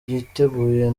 yiteguye